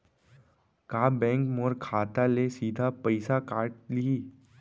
का बैंक मोर खाता ले सीधा पइसा काट लिही?